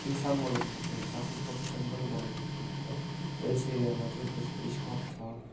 पेसा पनि बनाउन सक्नुहुन्छ आफ्नो प्रोफेसन पनि बनाउन सक्नुहुन्छ हिल्स एरियामा चाहिँ त्यसको अब स्कोप छ